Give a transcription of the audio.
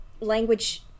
language